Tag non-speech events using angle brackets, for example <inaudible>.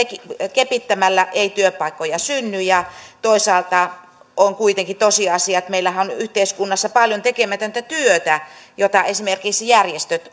kepittämällä ei työpaikkoja synny ja toisaalta on kuitenkin tosiasia että meillähän on yhteiskunnassa paljon tekemätöntä työtä jota esimerkiksi järjestöt <unintelligible>